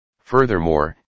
Furthermore